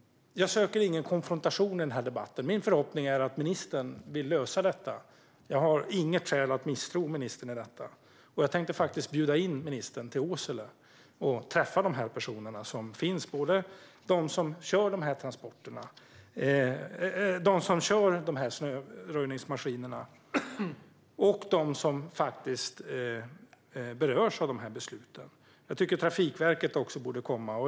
Jag söker ingen konfrontation i den här debatten. Min förhoppning är att ministern vill lösa detta. Jag har inget skäl att misstro ministern när det gäller detta. Jag tänker faktiskt bjuda in ministern till Åsele för att träffa de här personerna - både de som kör snöröjningsmaskinerna och de som faktiskt berörs av de här besluten. Jag tycker att Trafikverket också borde komma.